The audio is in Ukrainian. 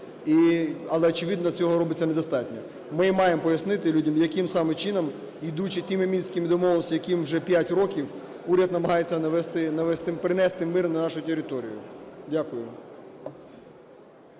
Але очевидно цього робиться недостатньо. Ми і маємо пояснити людям, яким саме чином, йдучи тими Мінськими домовленостями, яким вже 5 років, уряд намагається навести… принести мир на нашу територію. Дякую.